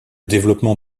développement